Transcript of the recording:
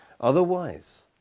Otherwise